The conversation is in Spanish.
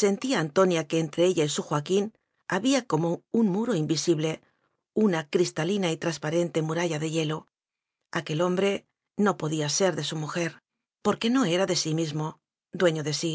sentía antonia que entre ella y su joa quín había como un muro invisible una cris talina y trasparente muralla de hielo aquel hombre no podía ser de su mujer porque no s era de sí mismo dueño de sí